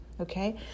Okay